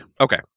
Okay